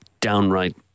downright